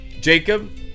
Jacob